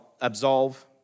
absolve